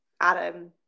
Adam